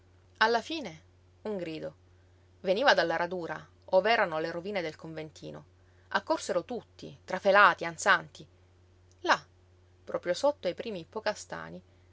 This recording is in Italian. alla fine un grido veniva dalla radura ov'erano le rovine del conventino accorsero tutti trafelati ansanti là proprio sotto ai primi